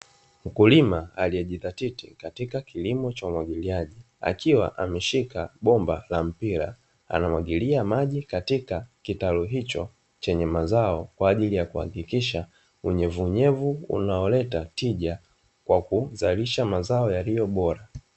Mkulima aliyejidhatiti katika kilimo cha umwagiliaji, akiwa ameshika bomba na mpira, anamwagilia maji katika kitalu hicho, chenye mazao kwa ajili ya kuhakikisha unyevu unyevu unaoleta tija kwa kuzalishaji wa mazao bora.